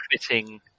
fitting